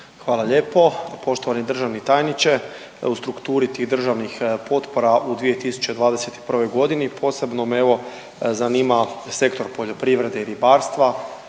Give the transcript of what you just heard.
Hvala lijepo. Poštovani državni tajniče, evo u strukturi tih državnih potpora u 2021., posebno me, evo, zanima sektor poljoprivrede i ribarstva.